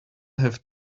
have